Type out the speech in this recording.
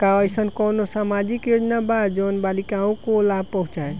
का अइसन कोनो सामाजिक योजना बा जोन बालिकाओं को लाभ पहुँचाए?